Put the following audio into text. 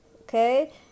okay